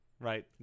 Right